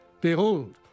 Behold